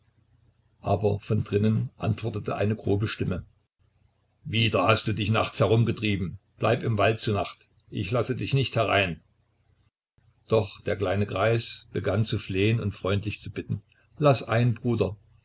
aber von drinnen antwortet unwirsch eine grobe stimme wieder hast du dich nachts herumgetrieben bleib im wald zu nacht ich lasse dich nicht herein doch der kleine greis begann zu flehen und freundlich zu bitten laß ein bruder